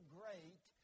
great